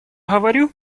говорю